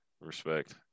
Respect